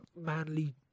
manly